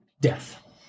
Death